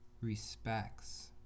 respects